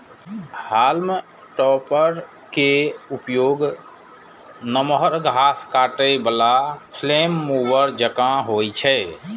हाल्म topper के उपयोग नमहर घास काटै बला फ्लेम मूवर जकां होइ छै